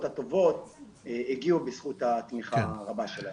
הטובות שהגיעו בזכות התמיכה הרבה שלהם.